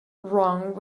wrong